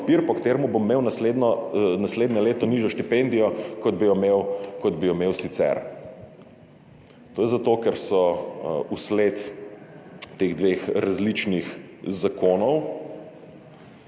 katerem bom imel naslednje leto nižjo štipendijo, kot bi jo imel sicer?« To je zato, ker so vsled teh dveh različnih zakonov